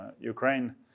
Ukraine